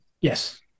Yes